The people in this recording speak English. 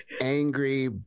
angry